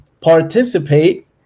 participate